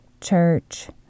church